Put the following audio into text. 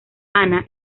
ana